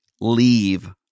leave